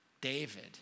David